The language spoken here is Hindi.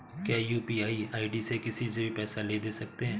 क्या यू.पी.आई आई.डी से किसी से भी पैसे ले दे सकते हैं?